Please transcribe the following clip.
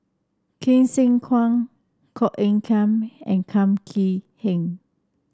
Hsu Tse Kwang Koh Eng Kian and Kum Chee Kin